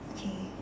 okay